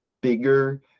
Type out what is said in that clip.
bigger